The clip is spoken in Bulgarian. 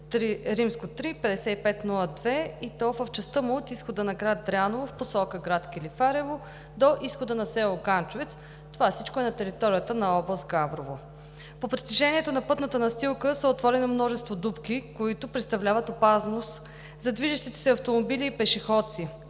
път III-5502, и то в частта му от изхода на град Дряново в посока град Килифарево до изхода на село Ганчовец. Това всичко е на територията на област Габрово. По протежението на пътната настилка са отворени множество дупки, които представляват опасност за движещите се автомобили и пешеходци.